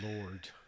lord